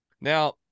Now